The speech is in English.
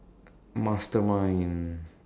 mastermind